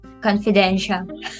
confidential